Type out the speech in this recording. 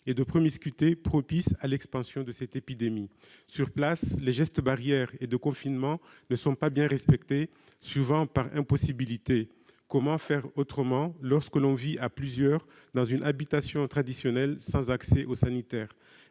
et de promiscuité propices à l'expansion de cette épidémie. Sur place, les gestes barrières et de confinement ne sont pas bien respectés, souvent par impossibilité. Comment faire autrement lorsque l'on vit à plusieurs dans une habitation traditionnelle sans accès aux sanitaires ?